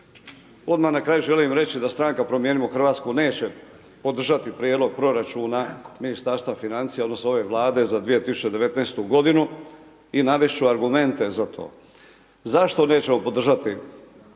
Odmah na kraju želim reći da stranka Promijenimo Hrvatsku, neće podržati prijedlog proračuna Ministarstva financija, odnosno, ove vlade za 2019. g. i navesti ću argumente za to. Zašto nećemo podržati